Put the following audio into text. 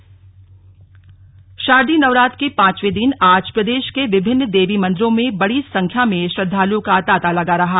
शारदीय नवरात्र शारदीय नवरात्र के पांचवें दिन आज प्रदे के विभिन्न देवी मंदिरों में बड़ी संख्या में श्रद्वालुओं का तांता लगा रहा